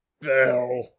Bell